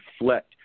reflect